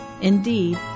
Indeed